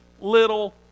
little